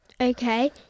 Okay